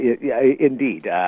Indeed